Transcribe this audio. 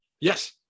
Yes